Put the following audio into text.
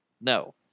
No